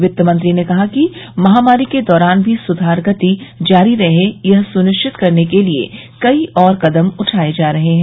वित्तमंत्री ने कहा कि महामारी के दौरान भी सुधार गति जारी रहे यह सुनिश्चित करने के लिए कई और कदम उठाए जा रहे हैं